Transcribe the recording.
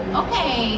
okay